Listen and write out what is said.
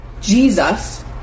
Jesus